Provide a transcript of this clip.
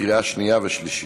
בקריאה שנייה ושלישית.